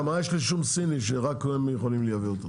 מה יש לשום סיני שרק הם יכולים לייבא אותו?